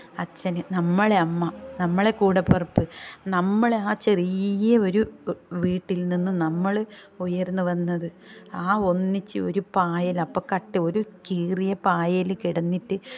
അച്ഛന് നമ്മളെ അമ്മ നമ്മളെ കൂടെപ്പിറപ്പ് നമ്മളെ ആ ചെറിയ ഒരു വീട്ടിൽ നിന്നും നമ്മൾ ഉയർന്ന് വന്നത് ആ ഒന്നിച്ച് ഒരു പായയിൽ അപ്പം കട്ട് ഒരു കീറിയ പായയിൽ കിടന്നിട്ട്